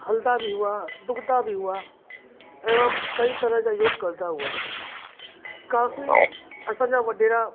हलंदा बि हुआ ॾुकंदा बि हुआ एवं कई तरह जा योग करंदा हुआ काफ़ी असांजा वॾेरा